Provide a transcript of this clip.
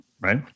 Right